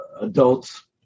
adults